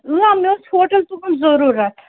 مےٚ اوس ہوٹل تُہُنٛد ضٔروٗرَتھ